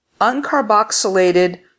uncarboxylated